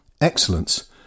Excellence